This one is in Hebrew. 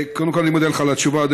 קודם כול, אדוני, אני מודה לך על התשובה.